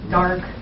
dark